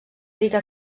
rica